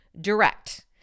direct